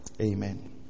Amen